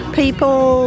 people